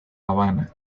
habana